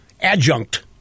adjunct